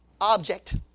object